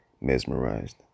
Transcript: mesmerized